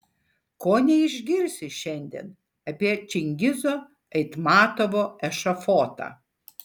ko neišgirsi šiandien apie čingizo aitmatovo ešafotą